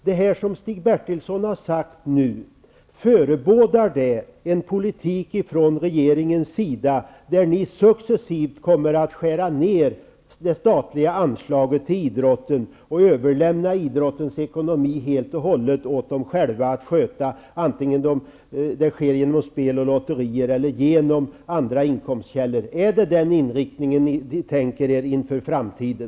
Det som Stig Bertilsson nu har sagt -- förebådar det en politik från regeringens sida där ni successivt kommer att skära ned det statliga anslaget till idrotten och överlämna helt och hållet åt idrotten att själv sköta sin ekonomi, vare sig det sker genom spel och lotterier eller med andra inkomstkällor? Är det alltså den inriktningen ni tänker er inför framtiden?